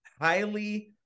highly